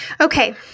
Okay